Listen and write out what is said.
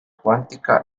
cuántica